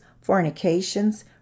fornications